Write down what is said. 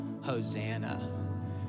Hosanna